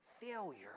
failure